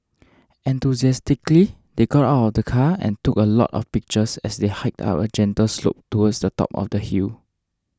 enthusiastically they got out of the car and took a lot of pictures as they hiked up a gentle slope towards the top of the hill